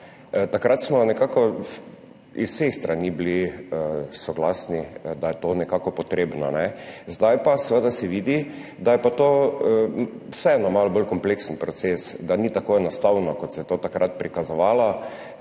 Takrat smo nekako iz vseh strani bili soglasni, da je to nekako potrebno. Zdaj se pa vidi, da je pa to vseeno malo bolj kompleksen proces, da ni tako enostavno, kot se je to takrat prikazovalo